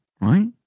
right